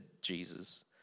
Jesus